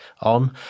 on